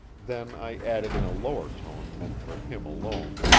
then i added in a lower tone meant for him alone